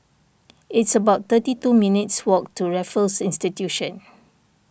it's about thirty two minutes' walk to Raffles Institution